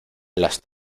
las